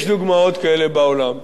יש דוגמאות כאלה בעולם.